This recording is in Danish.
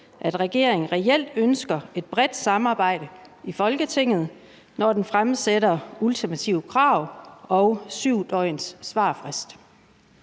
at regeringen reelt ønsker et bredt samarbejde i Folketinget, når den fremsætter ultimative krav og giver en svarfrist